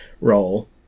role